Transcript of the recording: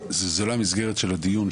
זה אולי לא המסגרת של הדיון,